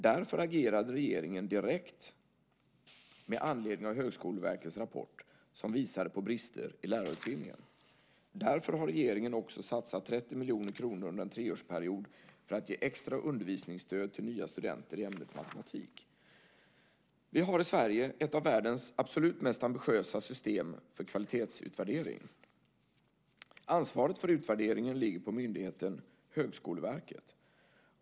Därför agerade regeringen direkt med anledning av Högskoleverkets rapport som visar på brister i lärarutbildningen. Därför har regeringen också satsat 30 miljoner kronor under en treårsperiod för att ge extra undervisningsstöd till nya studenter i ämnet matematik. Vi har i Sverige ett av världens absolut mest ambitiösa system för kvalitetsutvärdering. Ansvaret för utvärderingen ligger på myndigheten Högskoleverket.